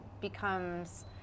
becomes